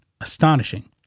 Astonishing